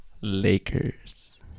Lakers